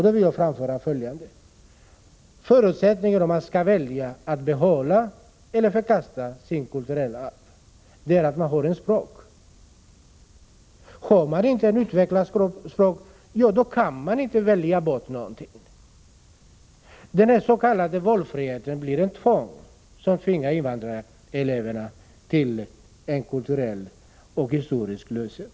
Då vill jag framhålla följande: Förutsättningen om man skall välja att behålla eller förkasta sitt kulturella arv är att man har ett språk. Har man inte ett utvecklat språk, då kan man inte välja bort någonting. Den s.k. valfriheten blir ett tvång, som för invandrareleverna innebär kulturlöshet och historielöshet.